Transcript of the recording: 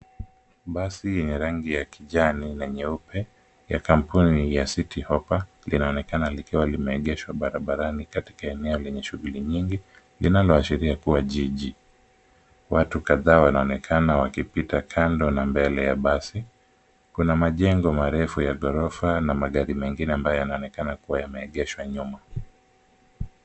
Basi la rangi ya kijani na nyeupe ya kampuni ya City hoppa linaonekana likiwa limeegeshwa barabarani katika eneo lenye shughuli nyingi, linaloashiria kuwa jiji. Watu kadhaa wanaonekana wakipita kando na mbele ya basi. Kuna majengo marefu ya gorofa na magari mengine ambayo yanaonekana kuwa yameegeshwa nyuma.